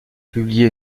publié